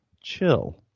Chill